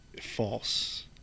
false